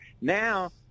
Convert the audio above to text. now